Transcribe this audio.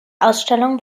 ausstellung